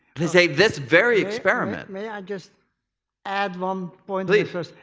let's say this very experiment? may i just add one um point of interest?